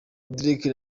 drake